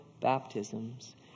baptisms